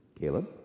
Caleb